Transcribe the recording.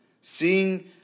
seeing